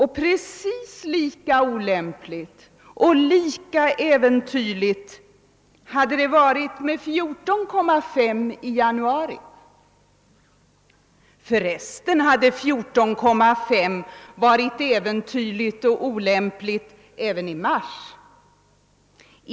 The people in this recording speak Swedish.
Precis lika olämpligt och lika äventyrligt hade det varit med 14,3 procent i januari. Förresten hade 14,5 procent varit äventyrligt och olämpligt även i mars.